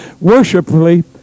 worshipfully